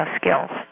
skills